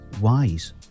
wise